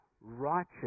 righteous